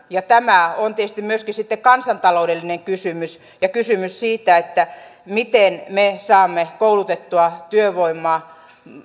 ja tämä on tietysti myöskin kansantaloudellinen kysymys ja kysymys siitä miten me saamme koulutettua työvoimaa